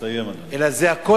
תסיים, אדוני.